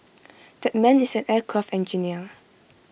that man is an aircraft engineer